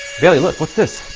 bailey look. what's this?